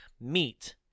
meet